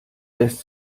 lässt